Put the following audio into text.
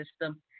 system